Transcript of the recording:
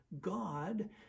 god